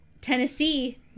Tennessee